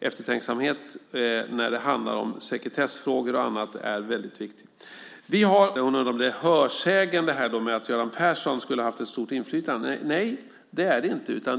eftertänksamhet när det handlar om sekretessfrågor och annat är väldigt viktigt. Vi har också en fråga som Carina Adolfsson Elgestam tar upp. Hon undrar om det är hörsägen att Göran Persson skulle ha ett stort inflytande. Nej, det är det inte.